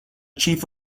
chief